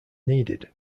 needed